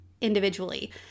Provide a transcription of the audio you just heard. individually